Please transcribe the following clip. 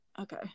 okay